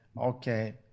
okay